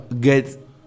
get